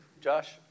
Josh